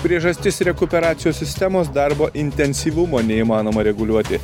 priežastis rekuperacijos sistemos darbo intensyvumo neįmanoma reguliuoti